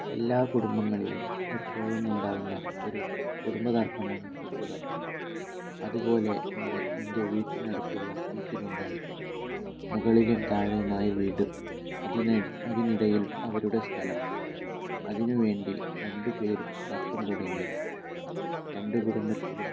എല്ലാ കുടുംബങ്ങളിലും എപ്പോഴും ഉണ്ടാകുന്ന ഒരു കുടുംബതർക്കമാണ് സ്വത്ത് തർക്കം അതുപോലെ ഒന്ന് എൻ്റെ വീട്ടിനടുത്തുള്ള വീട്ടിലുണ്ടായി മുകളിലും താഴെയുമായി വീട് അതിനിടയിൽ അവരുടെ സ്ഥലം അതിനു വേണ്ടി രണ്ട് പേരും തർക്കം തുടങ്ങിയത് രണ്ട് കുടുംബത്തിലും